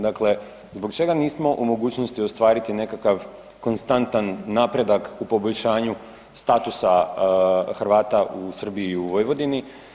Dakle, zbog čega nismo u mogućnosti ostvariti nekakav konstantan napredak u poboljšanju statusa Hrvata u Srbiji i u Vojvodini?